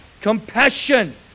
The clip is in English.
compassion